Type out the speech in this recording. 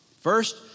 First